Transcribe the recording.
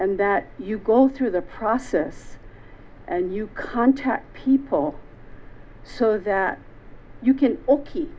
and that you go through the process and you contact people so that you can